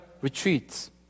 retreats